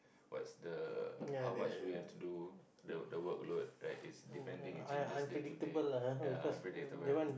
what's the how much we have to do the the workload right it's depending it changes day to day ya unpredictable